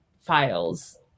files